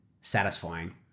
satisfying